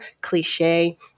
cliche